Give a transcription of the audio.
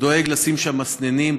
דואג שישימו שם מסננים.